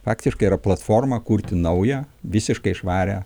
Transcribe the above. faktiškai yra platforma kurti naują visiškai švarią